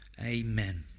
Amen